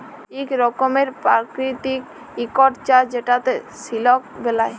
ইক রকমের পারকিতিক ইকট চাষ যেটতে সিলক বেলায়